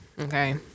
Okay